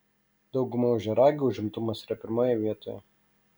daugumai ožiaragių užimtumas yra pirmoje vietoje